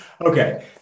okay